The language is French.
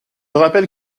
rappelle